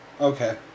Okay